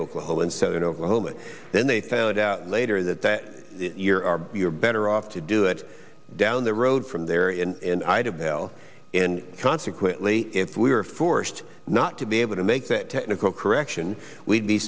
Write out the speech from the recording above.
oklahoma and southern oklahoma then they found out later that that year or you're better off to do it down the road from there in and consequently if we were forced not to be able to make that technical correction we'd be